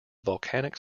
volcanic